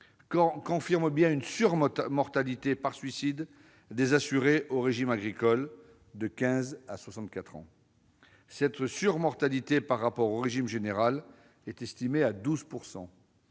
confirment bien une surmortalité par suicide des assurés au régime agricole, de 15 ans à 64 ans. Cette surmortalité par rapport au régime général est estimée à 12 %.